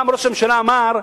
פעם ראש הממשלה אמר,